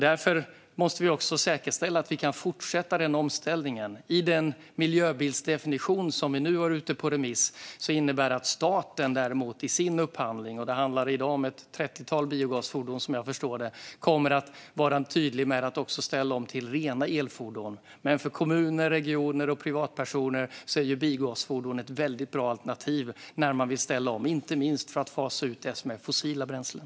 Därför måste vi också säkerställa att vi kan fortsätta denna omställning. I den miljöbilsdefinition som vi nu har ute på remiss innebär detta att staten i sin upphandling - det handlar i dag om ett trettiotal biogasfordon, som jag förstår det - kommer att vara tydlig med att ställa om till rena elfordon. Men för kommuner, regioner och privatpersoner är biogasfordon ett väldigt bra alternativ när man vill ställa om, inte minst för att fasa ut fossila bränslen.